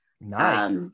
Nice